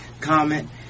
comment